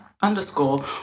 underscore